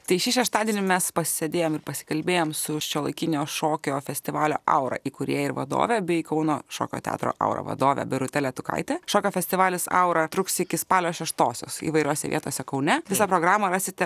tai šį šeštadienį mes pasėdėjom ir pasikalbėjom su šiuolaikinio šokio festivalio aura įkūrėja ir vadove bei kauno šokio teatro aura vadove birute letukaite šokio festivalis aura truks iki spalio šeštosios įvairiose vietose kaune visą programą rasite